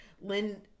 lynn